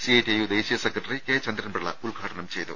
C I T U ദേശീയ secretary K Chandran Pillai ഉദ്ഘാടനം ചെയ്തു